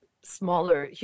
smaller